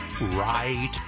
right